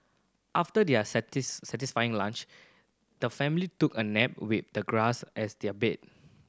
after their satisfying lunch the family took a nap with the grass as their bed